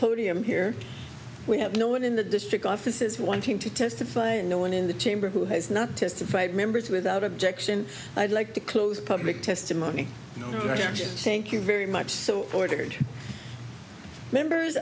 podium here we have no one in the district offices wanting to testify and no one in the chamber who has not testified members without objection i'd like to close public testimony here thank you very much so ordered members